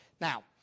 Now